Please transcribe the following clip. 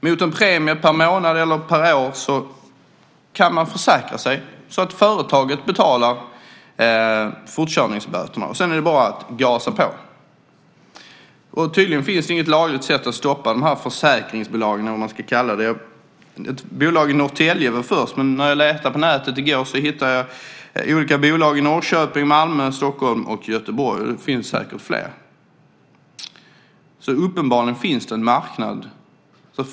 Mot en premie kan man försäkra sig så att företaget betalar fortkörningsböterna. Sedan är det bara att gasa på. Det finns tydligen inte något lagligt sätt att stoppa de här försäkringsbolagen, eller vad man ska kalla dem. Ett bolag i Norrtälje var först. När jag letade på nätet i går hittade jag bolag i Norrköping, Malmö, Stockholm och Göteborg. Det finns säkert fler. Det finns uppenbarligen en marknad för detta.